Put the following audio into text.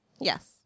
Yes